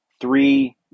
three